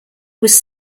was